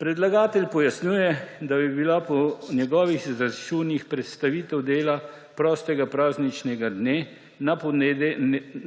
Predlagatelj pojasnjuje, da bi bila po njegovih izračunih prestavitev dela prostega prazničnega dne